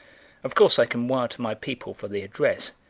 of course i can wire to my people for the address,